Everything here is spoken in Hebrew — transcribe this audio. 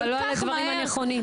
כל כך מהר,